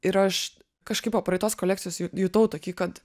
ir aš kažkaip po praeitos kolekcijos ju jutau tokį kad